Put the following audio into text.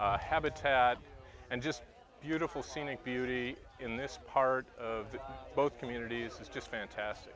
habitat and just beautiful scenic beauty in this part of both communities is just fantastic